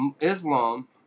Islam